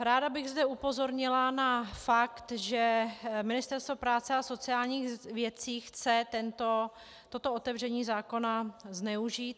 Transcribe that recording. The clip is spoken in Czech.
Ráda bych zde upozornila na fakt, že Ministerstvo práce a sociálních věcí chce toto otevření zákona zneužít.